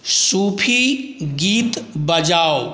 सूफी गीत बजाउ